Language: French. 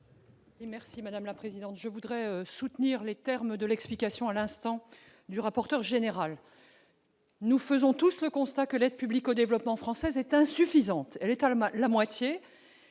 Merci madame la présidente, je voudrais soutenir les termes de l'explication à l'instant du rapporteur général, nous faisons tout ce constat que l'aide publique au développement française est insuffisante, l'étalement la moitié